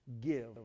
give